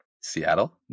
Seattle